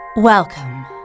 Welcome